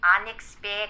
unexpected